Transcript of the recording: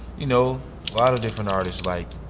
you know, a lot of different artists. like,